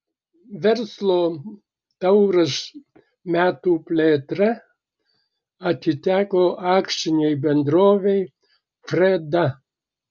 verslo tauras metų plėtra atiteko akcinei bendrovei freda